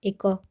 ଏକ